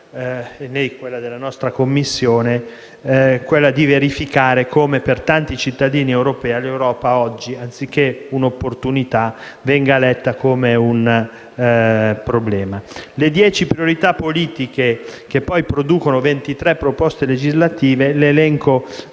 mia né della nostra Commissione quella di verificare come per tanti cittadini europei l'Europa oggi anziché un'opportunità venga letta come un problema. Vado a elencare le dieci priorità politiche, che poi producono 23 proposte legislative: